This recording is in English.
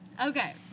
Okay